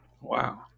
Wow